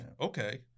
okay